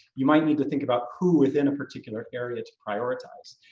you might need to think about who within a particular area to prioritize.